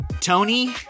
Tony